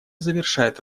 завершает